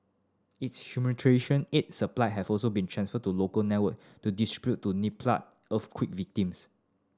its humanitarian aid supply have also been transferred to local network to distribute to Nepali earthquake victims